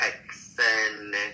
Texan